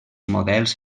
models